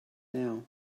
now